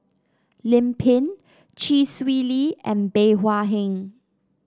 Lim Pin Chee Swee Lee and Bey Hua Heng